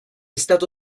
stato